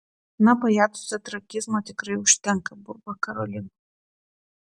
na pajacuose tragizmo tikrai užtenka burba karolina